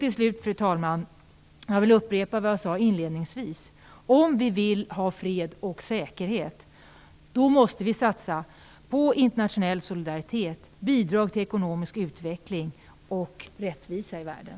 Till slut, fru talman, vill jag upprepa vad jag sade inledningsvis: Om vi vill ha fred och säkerhet, måste vi satsa på internationell solidaritet, bidrag till ekonomisk utveckling och rättvisa i världen.